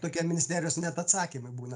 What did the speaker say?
tokie ministerijos net atsakymai būna